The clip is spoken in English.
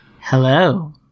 Hello